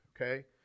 okay